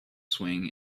swing